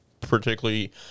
particularly